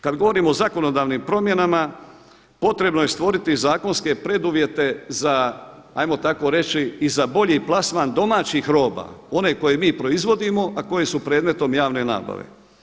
Kad govorim o zakonodavni promjenama potrebno je stvoriti zakonske preduvjete za hajmo tako reći i za bolji plasman domaćih roba one koje mi proizvodimo, a koje su predmetom javne nabave.